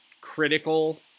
critical